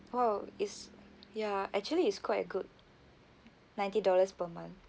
!wow! is ya actually is quite good ninety dollars per month